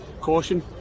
caution